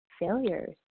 failures